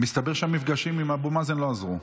מסתבר שהמפגשים עם אבו מאזן לא עזרו.